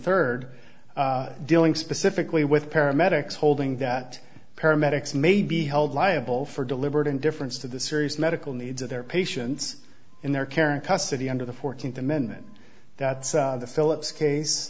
third dealing specifically with paramedics holding that paramedics may be held liable for deliberate indifference to the serious medical needs of their patients in their care and custody under the fourteenth amendment that philip's case